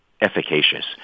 efficacious